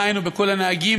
דהיינו בכל הנהגים,